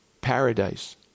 paradise